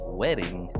wedding